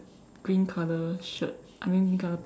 green color shirt I mean green color pants